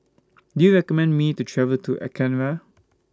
Do YOU recommend Me to travel to Ankara